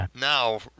now